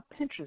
Pinterest